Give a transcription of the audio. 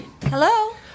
Hello